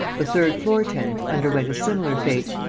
the third-floor tenant underwent a similar fate,